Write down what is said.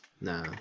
No